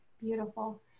Beautiful